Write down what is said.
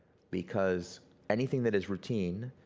because anything that is routine,